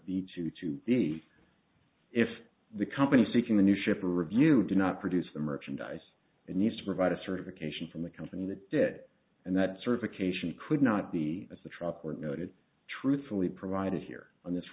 the two to be if the company seeking a new ship or review did not produce the merchandise it needs to provide a certification from the company that did it and that certification could not be as the trop were noted truthfully provided here on this